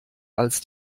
als